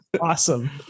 Awesome